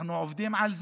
אנחנו עובדים על זה.